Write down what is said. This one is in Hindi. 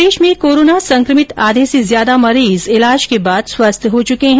प्रदेश में कोरोना संक्रमित आधे से ज्यादा मरीज ईलाज के बाद स्वस्थ हो चुके है